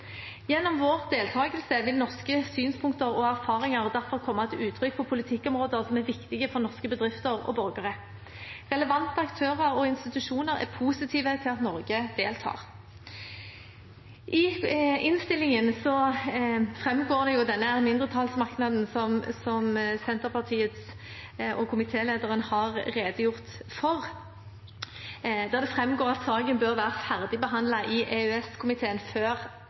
Gjennom vår deltakelse vil norske synspunkter og erfaringer derfor komme til uttrykk på politikkområder som er viktige for norske bedrifter og borgere. Relevante aktører og institusjoner er positive til at Norge deltar. I innstillingen framgår det av denne mindretallsmerknaden som Senterpartiet ved komitélederen har redegjort for, at saken bør være ferdigbehandlet i EØS-komiteen før